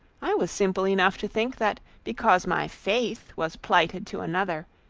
i was simple enough to think, that because my faith was plighted to another,